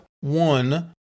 one